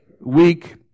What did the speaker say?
week